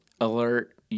alert